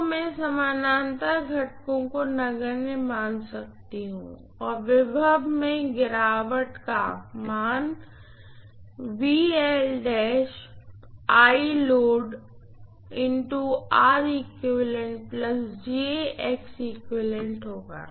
तो मैं समानंतर घटकों को नगण्य मान सकती हूँ और विभव में गिरावट का मान होगा